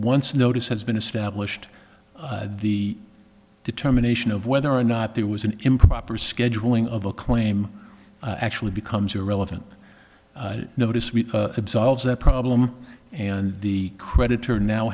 once notice has been established the determination of whether or not there was an improper scheduling of a claim actually becomes irrelevant notice we absolve the problem and the creditor now